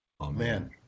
Amen